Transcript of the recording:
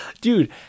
dude